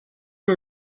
you